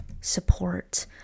support